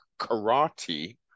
karate